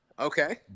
Okay